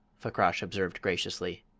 fakrash observed graciously.